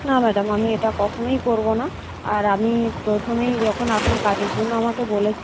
না ম্যাডাম আমি এটা কখনোই করব না আর আমি প্রথমেই যখন আপনি কাজের জন্য আমাকে বলেছিলেন